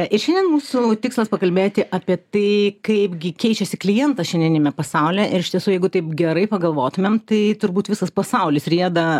ir šiandien mūsų tikslas pakalbėti apie tai kaip gi keičiasi klientas šiandieniniame pasaulyje ir iš tiesų jeigu taip gerai pagalvotumėm tai turbūt visas pasaulis rieda